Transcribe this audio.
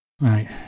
Right